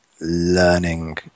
learning